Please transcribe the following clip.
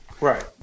Right